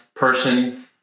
Person